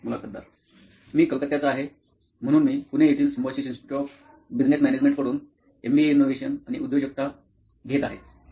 मुलाखतदार मी कलकत्ताचा आहे म्हणून मी पुणे येथील Symbiosis institute of business management कडून एमबीए इनोव्हेशन आणि उद्योजकता घेत आहे